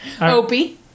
Opie